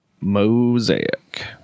Mosaic